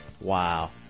Wow